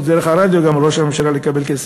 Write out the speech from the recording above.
גם דרך הרדיו על ראש הממשלה לקבל כסף.